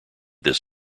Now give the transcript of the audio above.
this